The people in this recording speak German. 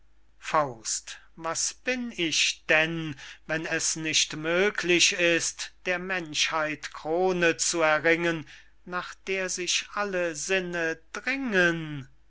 nennen was bin ich denn wenn es nicht möglich ist der menschheit krone zu erringen nach der sich alle sinne dringen